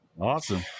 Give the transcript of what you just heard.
Awesome